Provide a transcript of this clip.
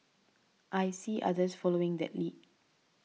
I see others following that lead